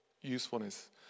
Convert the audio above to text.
usefulness